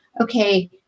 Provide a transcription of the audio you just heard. okay